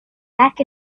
back